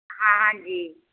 ਹਾਂ ਹਾਂਜੀ